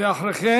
ואחרי כן